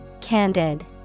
Candid